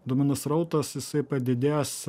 duomenų srautas jisai padidės